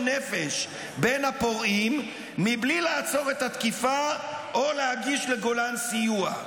נפש בין הפורעים מבלי לעצור את התקיפה או להגיש לגולן סיוע.